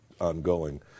ongoing